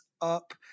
up